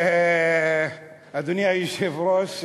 אדוני היושב-ראש,